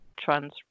trans